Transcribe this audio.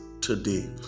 today